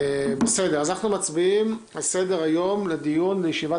אז אנחנו מצביעים על סדר-היום לדיון בישיבת